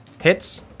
Hits